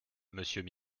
monsieur